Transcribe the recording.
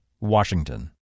Washington